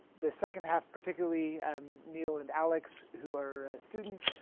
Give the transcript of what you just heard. the second half particularly and neil and alex who are students.